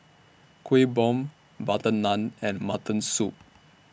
Kuih Bom Butter Naan and Mutton Soup